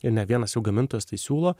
ir ne vienas jau gamintojas tai siūlo